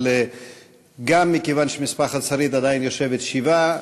אבל גם מכיוון שמשפחת שריד עדיין יושבת שבעה,